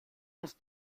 uns